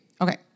Okay